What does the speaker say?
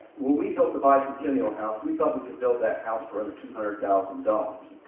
when we built the bicentennial house, we thought we could build that house for under two hundred thousand dollars.